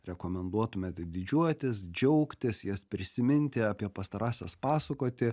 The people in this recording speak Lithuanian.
rekomenduotumėt didžiuotis džiaugtis jas prisiminti apie pastarąsias pasakoti